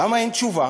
למה אין תשובה?